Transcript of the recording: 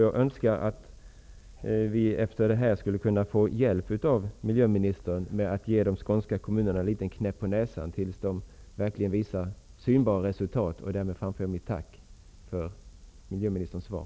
Jag önskar att vi efter denna diskussion kan få hjälp av miljöministern med att ge de skånska kommunerna en liten knäpp på näsan så att de verkligen visar synbara resultat. Därmed framför jag mitt tack för miljöministerns svar.